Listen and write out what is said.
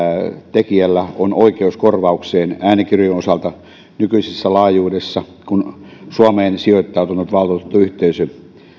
tekijällä on oikeus korvaukseen äänikirjojen osalta nykyisessä laajuudessa kun suomeen sijoittautunut valvottu yhteisö